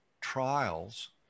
trials